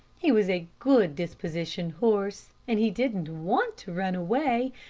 he was a good dispositioned horse, and he didn't want to run away,